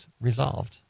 resolved